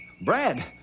Brad